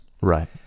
Right